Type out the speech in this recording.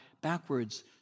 backwards